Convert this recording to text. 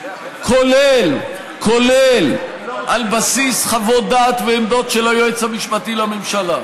כולל על בסיס חוות דעת ועמדות של היועץ המשפטי לממשלה.